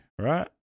right